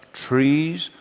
trees,